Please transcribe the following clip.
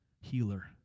healer